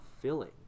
filling